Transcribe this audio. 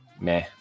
Meh